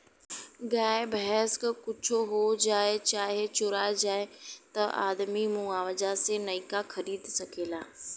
गाय भैंस क कुच्छो हो जाए चाहे चोरा जाए त आदमी मुआवजा से नइका खरीद सकेला